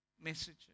messages